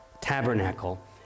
tabernacle